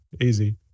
easy